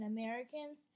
Americans